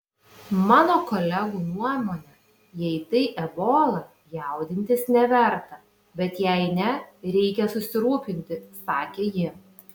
mano kolegų nuomone jei tai ebola jaudintis neverta bet jei ne reikia susirūpinti sakė ji